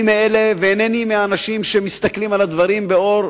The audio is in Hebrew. אני אינני מהאנשים שמסתכלים על הדברים באור